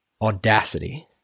audacity